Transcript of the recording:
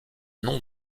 nom